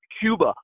Cuba